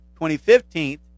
2015